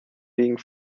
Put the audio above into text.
being